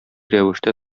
рәвештә